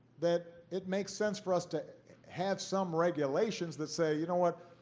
that it makes sense for us to have some regulations that say, you know what,